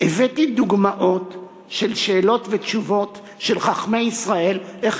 הבאתי דוגמאות של שאלות ותשובות של חכמי ישראל איך